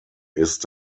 ist